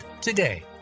today